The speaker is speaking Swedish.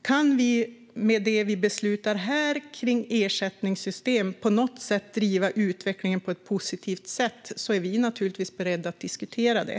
Kan vi med det vi beslutar här om ersättningssystem på något vis driva utvecklingen på ett positivt sätt är vi naturligtvis beredda att diskutera det.